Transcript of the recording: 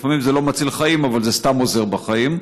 לפעמים זה לא מציל חיים אבל זה סתם עוזר בחיים,